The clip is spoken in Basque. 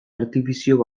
artifizio